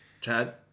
Chad